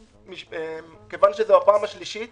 כיוון שזו הפעם השלישית